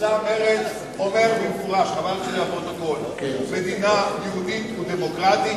מצע מרצ אומר במפורש מדינה יהודית ודמוקרטית